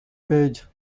page